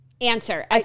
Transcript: Answer